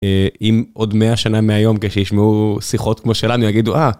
אם עוד 100 שנה מהיום כשישמעו שיחות כמו שלנו יגידו: "אה..."